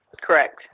Correct